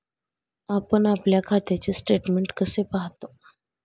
आपण आपल्या खात्याचे स्टेटमेंट कसे पाहतो?